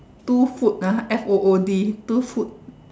two food ah F O O D two food